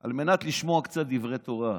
על מנת לשמוע קצת דברי תורה.